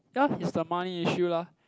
ya is the money issue lah